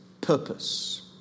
purpose